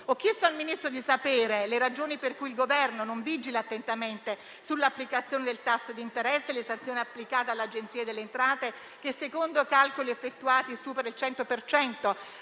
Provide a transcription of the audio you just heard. Ho chiesto al Ministro di sapere le ragioni per cui il Governo non vigila attentamente sull'applicazione del tasso di interesse e sulle sanzioni applicate dall'Agenzia delle entrate che, secondo calcoli effettuati, supera il 100